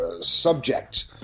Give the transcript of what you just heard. subject